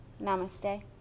Namaste